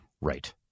Right